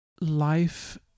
life